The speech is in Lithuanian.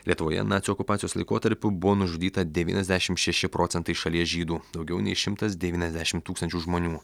lietuvoje nacių okupacijos laikotarpiu buvo nužudyta devyniasdešimt šeši procentai šalies žydų daugiau nei šimtas devyniasdešimt tūkstančių žmonių